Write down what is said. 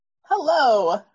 Hello